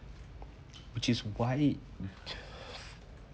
which is why